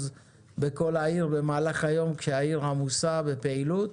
בכל העיר במהלך היום כשהעיר עמוסה בפעילות